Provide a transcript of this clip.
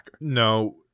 No